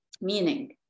meaning